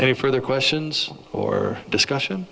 any further questions or discussion